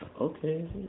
Okay